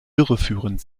irreführend